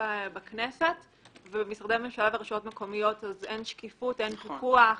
בכנסת אך במשרדי הממשלה וברשויות המקומיות אין שום שקיפות ופיקוח.